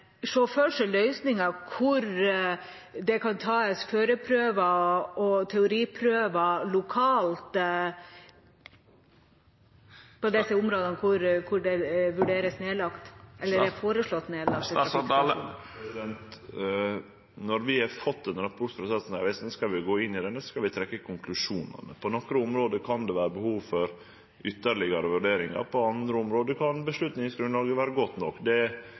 tas førerprøver og teoriprøver lokalt i de områdene trafikkstasjonen vurderes nedlagt eller er foreslått nedlagt? Når vi har fått den rapporten frå Statens vegvesen, skal vi gå inn i han, og så skal vi trekke konklusjonane. På nokre område kan det vere behov for ytterlegare vurderingar, på andre område kan avgjerdsgrunnlaget vere godt nok.